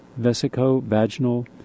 vesicovaginal